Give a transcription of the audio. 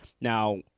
Now